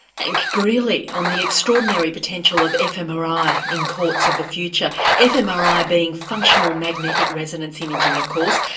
hank greely, on the extraordinary potential of fmri in courts of the future, fmri being functional magnetic resonance imaging of course.